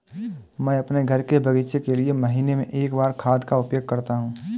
मैं अपने घर के बगीचे के लिए महीने में एक बार खाद का उपयोग करता हूँ